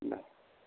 दे